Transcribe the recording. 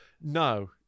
No